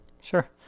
Sure